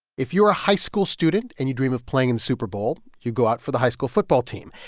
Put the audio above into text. if you are a high school student, and you dream of playing in the super bowl, you go out for the high school football team.